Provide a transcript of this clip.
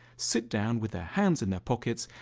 sit down with their hands in their pockets,